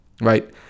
Right